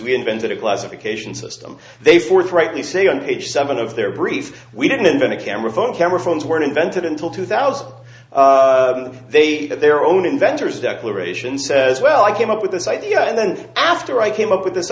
we invented a classification system they forthrightly say on page seven of their brief we didn't invent a camera phone camera phones were invented until two thousand they had their own inventors declaration says well i came up with this idea and then after i came up with this